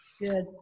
Good